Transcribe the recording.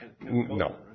No